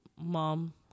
mom